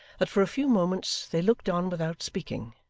that for a few moments they looked on without speaking,